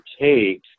take